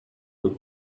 would